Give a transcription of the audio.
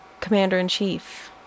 commander-in-chief